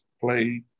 play